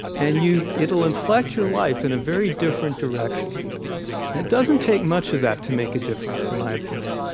and you it'll inflect your life in a very different direction. and it doesn't take much of that to make a difference, in my opinion